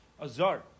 Azar